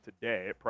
today